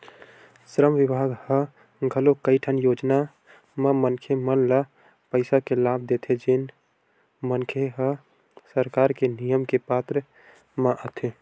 श्रम बिभाग ह घलोक कइठन योजना म मनखे मन ल पइसा के लाभ देथे जेन मनखे मन ह सरकार के नियम के पात्र म आथे